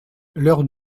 l’heure